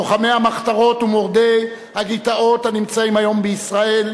לוחמי המחתרות ומורדי הגטאות הנמצאים היום בישראל,